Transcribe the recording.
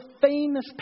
famous